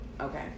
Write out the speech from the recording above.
okay